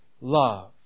love